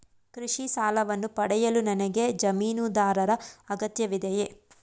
ಕೃಷಿ ಸಾಲವನ್ನು ಪಡೆಯಲು ನನಗೆ ಜಮೀನುದಾರರ ಅಗತ್ಯವಿದೆಯೇ?